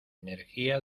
energía